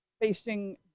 facing